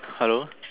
hello